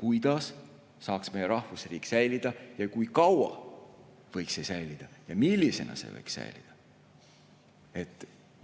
kuidas saaks meie rahvusriik säilida, kui kaua see võiks säilida ja millisena see võiks säilida.